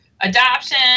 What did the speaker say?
adoption